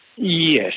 Yes